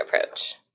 approach